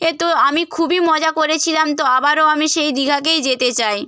এ তো আমি খুবই মজা করেছিলাম তো আবারও আমি সেই দীঘাকেই যেতে চাই